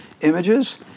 images